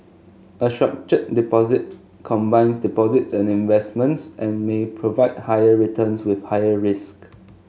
a structured deposit combines deposits and investments and may provide higher returns with higher risk